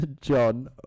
John